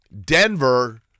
Denver